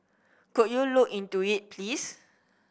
could you look into it please